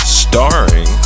starring